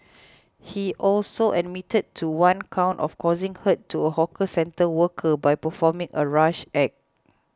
he also admitted to one count of causing hurt to a hawker centre worker by performing a rash act